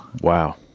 Wow